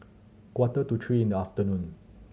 quarter to three in the afternoon